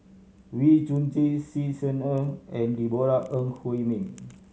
Wee Chong Jin Xi Ni Er and Deborah Ong Hui Min